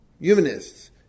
humanists